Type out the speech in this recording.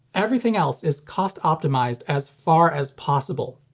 everything else is cost-optimized as far as possible.